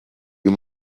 you